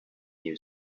new